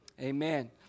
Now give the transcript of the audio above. amen